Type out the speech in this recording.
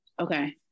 Okay